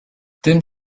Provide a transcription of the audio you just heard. tym